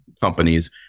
companies